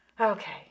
Okay